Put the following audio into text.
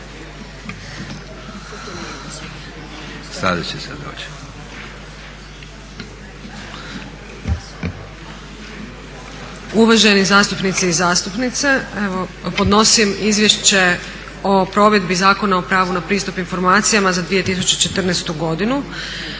Uvaženi zastupnici i zastupnice evo podnosim izvješće o provedbi Zakona o pravu na pristup informacijama za 2014.godinu.